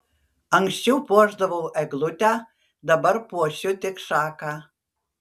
anksčiau puošdavau eglutę dabar puošiu tik šaką